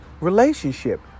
relationship